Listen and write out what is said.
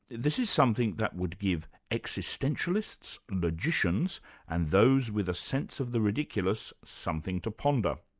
this is something that would give existentialists, logicians and those with a sense of the ridiculous, something to ponder.